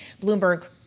Bloomberg